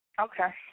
Okay